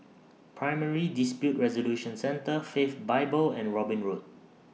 Primary Dispute Resolution Centre Faith Bible and Robin Road